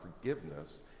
forgiveness